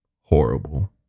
Horrible